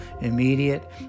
immediate